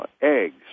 eggs